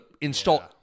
install